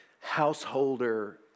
householder